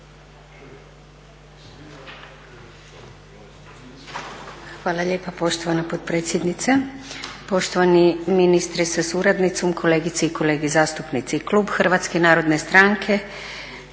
Hvala lijepa poštovana potpredsjednice. Poštovani ministre sa suradnicom, kolegice i kolege zastupnici. Klub HNS-a podržat će